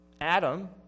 Adam